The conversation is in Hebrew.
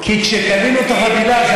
כי כשקנינו את החבילה,